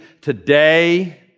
today